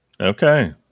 Okay